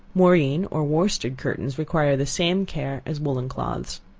moreen or worsted curtains require the same care as woollen cloths.